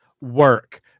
work